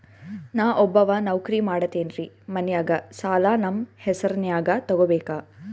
ನಾ ಒಬ್ಬವ ನೌಕ್ರಿ ಮಾಡತೆನ್ರಿ ಮನ್ಯಗ ಸಾಲಾ ನಮ್ ಹೆಸ್ರನ್ಯಾಗ ತೊಗೊಬೇಕ?